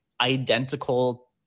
identical